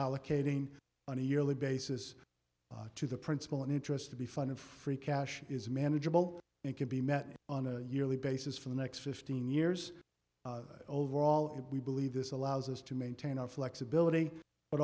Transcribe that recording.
allocating on a yearly basis to the principle and interest to be funded free cash is manageable and can be met on a yearly basis for the next fifteen years overall if we believe this allows us to maintain our flexibility but